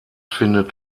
findet